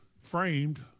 framed